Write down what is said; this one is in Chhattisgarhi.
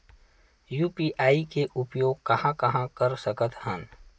यू.पी.आई के उपयोग कहां कहा कर सकत हन?